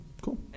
cool